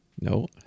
no